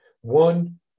One